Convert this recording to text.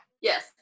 yes